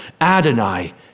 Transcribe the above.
Adonai